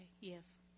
yes